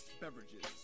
beverages